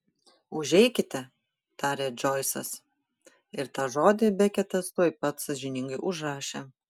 užeikite tarė džoisas ir tą žodį beketas tuoj pat sąžiningai užrašė